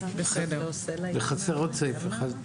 חסר עוד סעיף אחד.